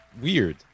weird